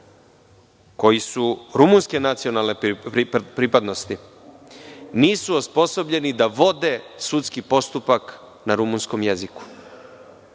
koji su rumunske nacionalne pripadnosti nisu osposobljeni da vode sudski postupak na rumunskom jeziku,